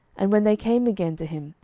and when they came again to him,